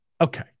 Okay